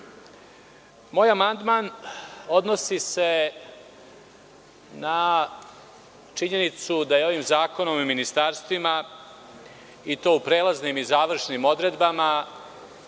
amandman se odnosi na činjenicu da je ovim zakonom o ministarstvima, i to u prelaznim i završnim odredbama,